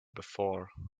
before